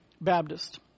Baptist